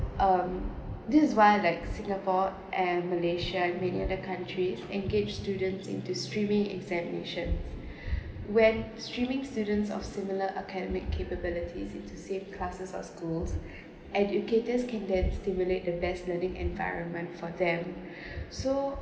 um this is why like singapore and malaysia and many other countries engaged students into streaming examination when streaming students of similar academic capabilities into same classes or schools educators can then stimulate the best learning environment for them so